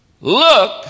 look